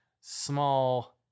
small